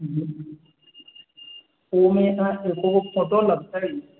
ओहिमे फोटो लगतै